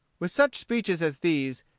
with such speeches as these,